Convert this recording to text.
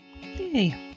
Hey